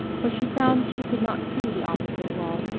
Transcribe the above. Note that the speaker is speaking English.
but she found she could not see the opposite wall,